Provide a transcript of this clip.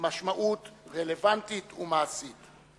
משמעות רלוונטית ומעשית.